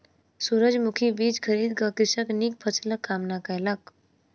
सूरजमुखी बीज खरीद क कृषक नीक फसिलक कामना कयलक